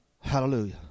Hallelujah